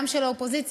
גם של האופוזיציה,